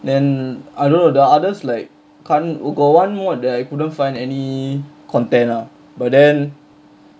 then I don't know the others like can't got one mod that I couldn't find any content lah but then